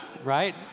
right